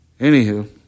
Anywho